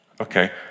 Okay